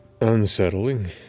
unsettling